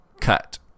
Cut